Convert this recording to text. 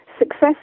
Success